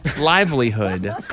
livelihood